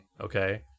Okay